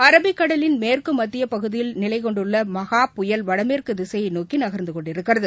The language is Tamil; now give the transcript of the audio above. அரபிக்கடலின் மேற்கு மத்திய பகுதியில் நிலைகொண்டுள்ள மஹா புயல் வடமேற்கு திசையை நோக்கி நகர்ந்துகொண்டிருக்கிறது